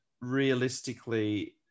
realistically